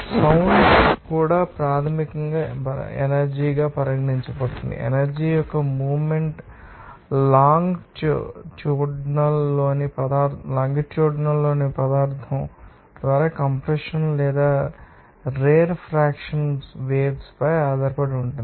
sound కూడా ప్రాథమికంగా energy గా పరిగణించబడుతుంది ఎనర్జీ యొక్క మూవ్మెంట్ లాంగ్ ట్యూడ్నల్ లోని పదార్ధం ద్వారా కంప్రెషన్ లేదా రేర్ ఫ్రేక్షన్ వేవ్స్ పై ఆధారపడి ఉంటుంది